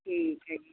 ਠੀਕ ਆ ਜੀ